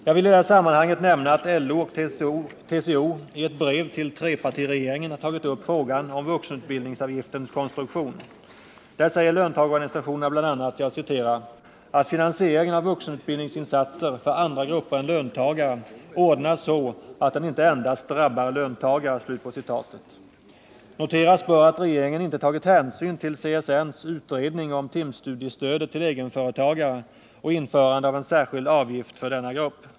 Jag vill i det här sammanhanget nämna att LO och TCO i ett brev till trepartiregeringen har tagit upp frågan om vuxenutbildningsavgiftens konstruktion. Där säger löntagarorganisationerna bl.a. ”att finansieringen av vuxenutbildningsinsatser för andra grupper än löntagare ordnas så att den inte endast drabbar löntagare”. Noteras bör att regeringen inte tagit hänsyn till CSN:s utredning om timstudiestöd till egenföretagare och införande av en särskild avgift för denna grupp.